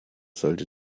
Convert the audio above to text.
sollte